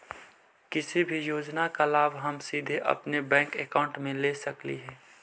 किसी भी योजना का लाभ हम सीधे अपने बैंक अकाउंट में ले सकली ही?